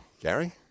Gary